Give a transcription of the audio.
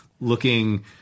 looking